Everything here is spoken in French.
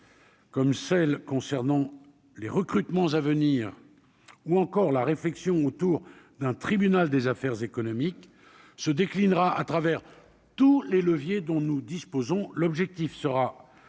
Comme celle concernant les recrutements à venir ou encore la réflexion autour d'un tribunal des affaires économiques se déclinera à travers tous les leviers dont nous disposons, l'objectif sera